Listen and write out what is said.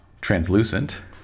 translucent